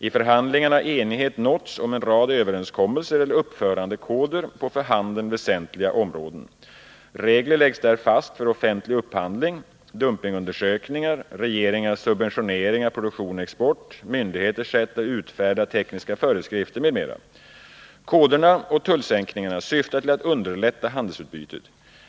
I förhandlingarna har enighet nåtts om en rad överenskommelser eller uppförandekoder på för handeln väsentliga områden. Regler läggs där fast för offentlig upphandling, dumpningundersökningar, regeringars subventionering av produktion och export, myndigheters sätt att utfärda tekniska föreskrifter m.m. Koderna och tullsänkningarna syftar till att underlätta handelsutbytet.